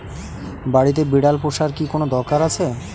বাড়িতে বিড়াল পোষার কি কোন দরকার আছে?